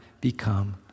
become